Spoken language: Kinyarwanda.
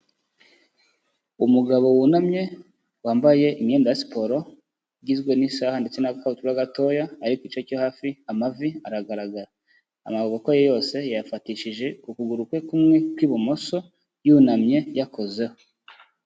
Umugabo wunamye wambaye imyenda ya siporo, igizwe n'isaha ndetse n'agakabutura gatoya, ariko igice cyo hasi amavi aragaragara amaboko ye yose yayafatishije ukuguru kwe kumwe kw'ibumoso, yunamye yakozeho.